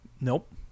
Nope